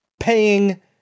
Paying